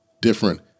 different